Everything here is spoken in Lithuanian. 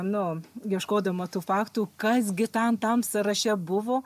nu ieškodama tų faktų kas gi tam tam sąraše buvo